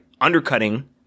undercutting